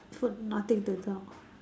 food nothing to talk